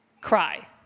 cry